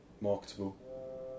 marketable